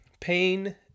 Pain